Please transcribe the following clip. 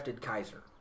Kaiser